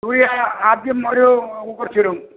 സൂര്യ ആദ്യം ഒരു വരും